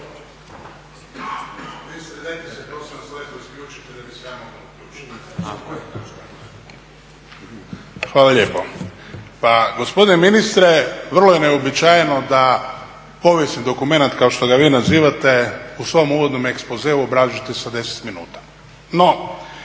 Hvala lijepo. Pa gospodine ministre vrlo je neuobičajeno da povijesni dokumenat kao što ga vi nazive u svom uvodnom ekspozeu obrazlažete sa 10 minuta.